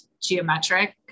geometric